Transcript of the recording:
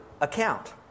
account